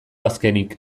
azkenik